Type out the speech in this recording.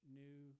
new